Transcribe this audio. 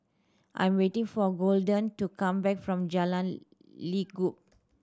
I'm waiting for Golden to come back from Jalan Lekub